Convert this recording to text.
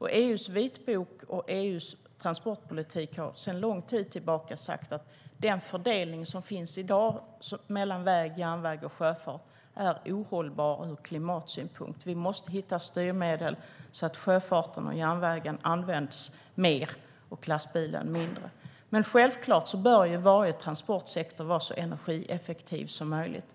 EU:s vitbok och EU:s transportpolitik har sedan lång tid tillbaka sagt att den fördelning som finns i dag mellan väg, järnväg och sjöfart är ohållbar ur klimatsynpunkt. Vi måste hitta styrmedel så att sjöfarten och järnvägen används mer och lastbilen mindre. Men självklart bör varje transportsektor vara så energieffektiv som möjligt.